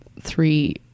three